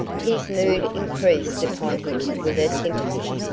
his mood increased upon him with her sympathy.